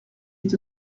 est